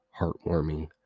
heartwarming